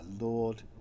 Lord